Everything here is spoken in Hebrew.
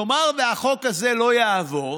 נאמר שהחוק הזה לא יעבור,